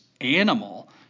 animal